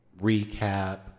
recap